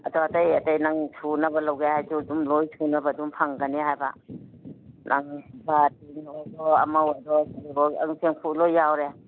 ꯑꯗꯣ ꯑꯇꯩ ꯑꯇꯩ ꯅꯪ ꯁꯨꯅꯕ ꯂꯧꯒꯦ ꯍꯥꯏꯔꯁꯨ ꯑꯗꯨꯝ ꯂꯣꯏ ꯁꯨꯅꯕ ꯑꯗꯨꯝ ꯐꯪꯒꯅꯦ ꯍꯥꯏꯕ ꯅꯪ ꯕꯥꯇꯤꯟ ꯑꯣꯏꯔꯁꯨ ꯑꯃ ꯑꯣꯏꯁꯨ ꯑꯗꯨꯝ ꯆꯦꯡꯐꯨ ꯂꯣꯏ ꯌꯥꯎꯔꯦ